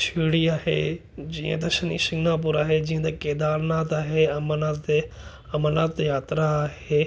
शिरडी आहे जीअं त शनि शिंगापुर आहे जीअं त केदारनाथ आहे अमरनाथ ते अमरनाथ यात्रा आहे